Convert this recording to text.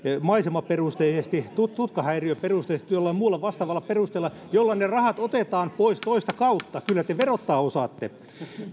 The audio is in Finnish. maisemaperusteisesti tutkahäiriöperusteisesti tai jollain muulla vastaavalla perusteella jolloin ne rahat otetaan pois toista kautta kyllä te verottaa osaatte